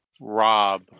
Rob